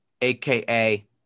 aka